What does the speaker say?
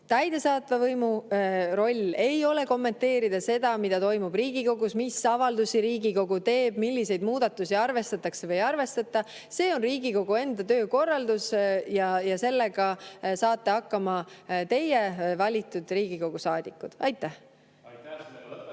Täidesaatva võimu roll ei ole kommenteerida seda, mis toimub Riigikogus, mis avaldusi Riigikogu teeb, milliseid muudatusi arvestatakse või ei arvestata. See on Riigikogu enda töökorraldus ja sellega saate hakkama teie, valitud Riigikogu saadikud. Aitäh!